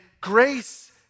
grace